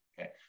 Okay